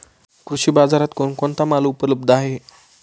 कृषी बाजारात कोण कोणता माल उपलब्ध आहे?